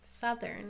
Southern